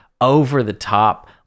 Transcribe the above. over-the-top